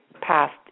past